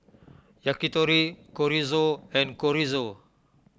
Yakitori Chorizo and Chorizo